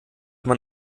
man